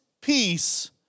peace